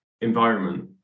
environment